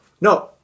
no